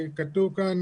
הציבור.